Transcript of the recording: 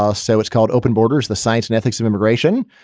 ah so it's called open borders the science and ethics of immigration.